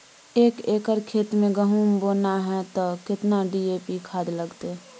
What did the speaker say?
एक एकर खेत मे गहुम बोना है त केतना डी.ए.पी खाद लगतै?